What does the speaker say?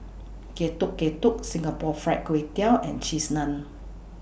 Getuk Getuk Singapore Fried Kway Tiao and Cheese Naan